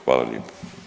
Hvala lijepo.